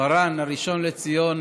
מרן הראשון לציון,